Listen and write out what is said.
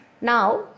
Now